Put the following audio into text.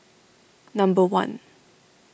number one